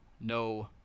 no